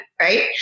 Right